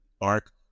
arc